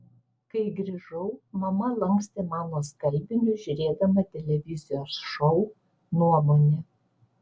kai grįžau mama lankstė mano skalbinius žiūrėdama televizijos šou nuomonė